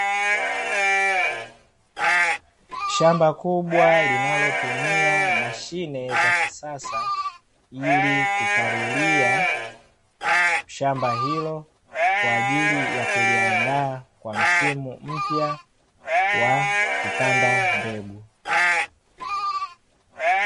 Shamba kubwa linalotumia mashine za kisasa, ili kupalilia shamba hilo kwa ajili ya kuliandaa kwa msimu mpya wa kupanda mbegu.